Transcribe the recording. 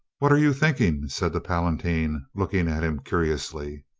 what are you thinking? said the palatine, look ing at him curiously.